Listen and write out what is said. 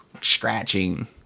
scratching